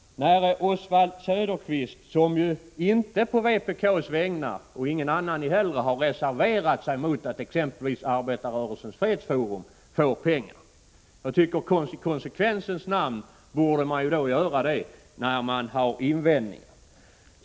Oswald Söderqvist har ju inte reserverat sig på vpk:s vägnar — inte heller någon annan har reserverat sig — mot att exempelvis Arbetarrörelsens fredsforum får pengar. Det tycker jag att man i konsekvensens namn borde ha gjort, när man har invändningar.